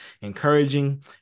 encouraging